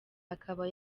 akaba